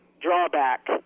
drawback